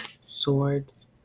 Swords